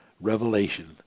Revelation